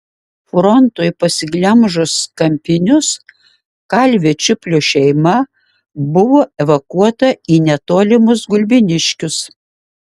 frontui pasiglemžus kampinius kalvio čiuplio šeima buvo evakuota į netolimus gulbiniškius